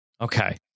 Okay